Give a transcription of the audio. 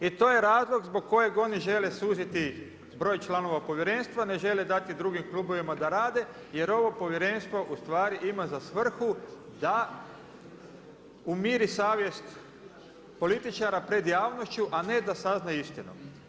I to je razlog zbog kojeg oni žele suziti broj članova povjerenstva, ne žele dati drugim klubovima da rade jer ovo povjerenstvo ustvari ima za svrhu da umiri savjest političara pred javnošću a ne da sazna istinu.